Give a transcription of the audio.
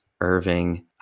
Irving